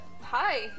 Hi